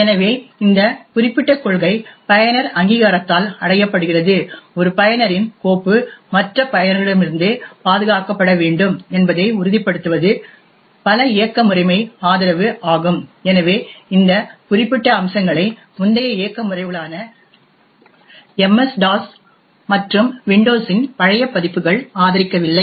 எனவே இந்த குறிப்பிட்ட கொள்கை பயனர் அங்கீகாரத்தால் அடையப்படுகிறது ஒரு பயனரின் கோப்பு மற்ற பயனர்களிடமிருந்து பாதுகாக்கப்பட வேண்டும் என்பதை உறுதிப்படுத்துவது பல இயக்க முறைமை ஆதரவு ஆகும் எனவே இந்த குறிப்பிட்ட அம்சங்களை முந்தைய இயக்க முறைமைகளான எம்எஸ் டிஓஎஸ் மற்றும் விண்டோஸின் பழைய பதிப்புகள் ஆதரிக்கவில்லை